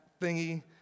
thingy